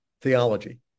Theology